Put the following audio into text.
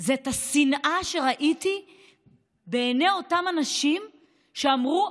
זה את השנאה שראיתי בעיני אותם אנשים שאמרו: